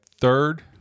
third –